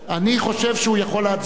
אני חושב שהוא יכול להצביע,